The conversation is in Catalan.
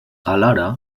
alhora